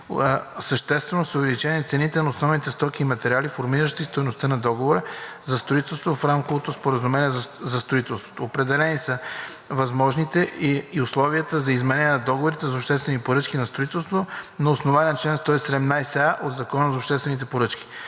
съществено са увеличени цените на основните стоки и материали, формиращи стойността на договора за строителство в рамковото споразумение за строителството. Определени са възможностите и условията за изменение на договорите за обществени поръчки на строителство на основание чл. 117а от Закона за обществените поръчки.